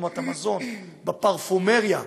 רפורמת המזון, בפרפומריה.